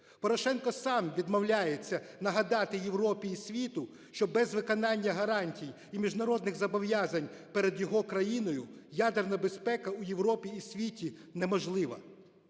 Порошенко сам відмовляється нагадати Європі і світу, що без виконання гарантій і міжнародних зобов'язань перед його країною ядерна безпека у Європі і світі неможлива.